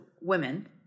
women